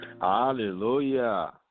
Hallelujah